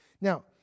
Now